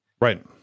Right